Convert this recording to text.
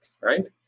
right